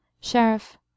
Sheriff